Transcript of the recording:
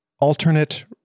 alternate